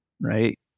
Right